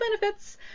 benefits